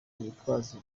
yitwaza